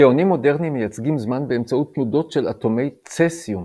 שעונים מודרניים מייצגים זמן באמצעות תנודות של אטומי צסיום.